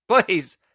please